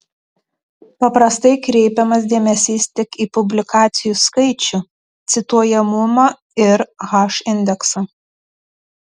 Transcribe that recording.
paprastai kreipiamas dėmesys tik į publikacijų skaičių cituojamumą ir h indeksą